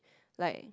like